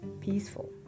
peaceful